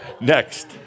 Next